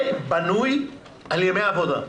בנוי על ימי עבודה,